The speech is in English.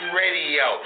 radio